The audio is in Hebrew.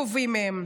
גובים מהם.